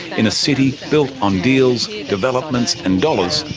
in a city built on deals, developments and dollars,